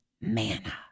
manna